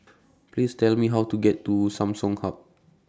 Please Tell Me How to get to Samsung Hub